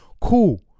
cool